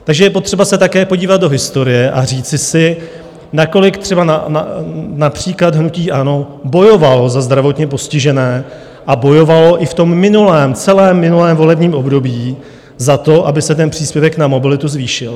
Takže je potřeba se také podívat do historie a říct si, nakolik třeba například hnutí ANO bojovalo za zdravotně postižené a bojovalo i v tom celém minulém volebním období za to, aby se příspěvek na mobilitu zvýšil.